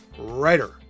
writer